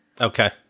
Okay